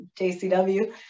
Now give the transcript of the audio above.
JCW